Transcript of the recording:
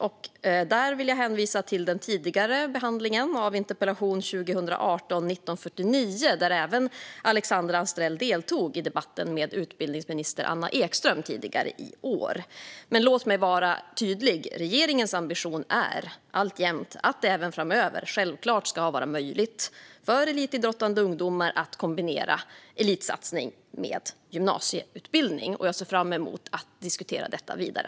Jag vill hänvisa till den tidigare behandlingen av interpellation 2018/19:49, där även Alexandra Anstrell deltog i debatten med utbildningsminister Anna Ekström tidigare i år. Låt mig vara tydlig: Regeringens ambition är alltjämt att det även framöver självklart ska vara möjligt för elitidrottande ungdomar att kombinera elitsatsning med gymnasieutbildning. Jag ser fram emot att diskutera detta vidare.